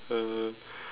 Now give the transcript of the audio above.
uh